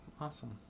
awesome